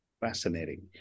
Fascinating